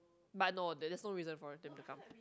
but no there's just no reason for them to come